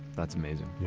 that's amazing